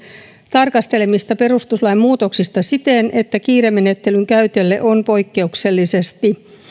tarkastelemista perustuslain muutoksista siten että kiiremenettelyn käytölle on poikkeuksellisesti